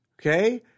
Okay